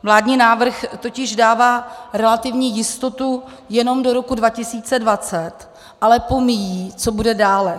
Vládní návrh totiž dává relativní jistotu jenom do roku 2020, ale pomíjí, co bude dále.